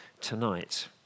tonight